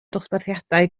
dosbarthiadau